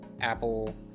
Apple